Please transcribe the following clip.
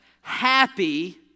happy